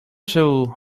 żył